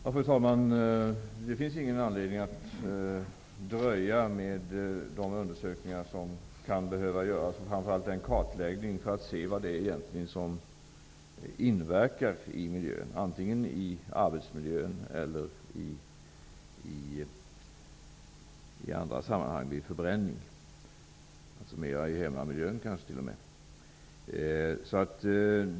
Fru talman! Det finns ingen anledning att dröja med de undersökningar som kan behöva göras, framför allt en kartläggning, för att se vad det egentligen är som påverkar miljön, vare sig det gäller arbetsmiljön eller något annat, vid förbränning -- alltså kanske t.o.m. hemmiljön.